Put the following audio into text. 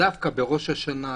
דווקא בראש השנה,